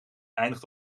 eindigt